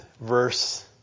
verse